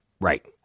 Right